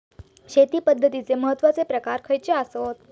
शेती पद्धतीचे महत्वाचे प्रकार खयचे आसत?